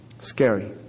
Scary